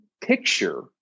picture